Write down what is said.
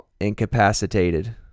incapacitated